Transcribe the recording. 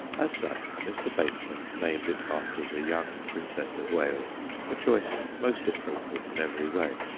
as such mr. bateman named it after the young princess of wales a choice most appropriate in every way.